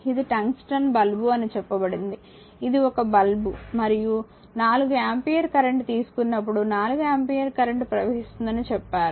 ఇది tungsten bulb అని చెప్పబడింది ఇది ఒక బల్బు మరియు 4 ఆంపియర్ కరెంట్ తీసుకున్నప్పుడు 4 ఆంపియర్ కరెంట్ ప్రవహిస్తుందని చెప్పారు